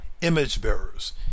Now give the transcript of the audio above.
image-bearers